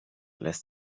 lässt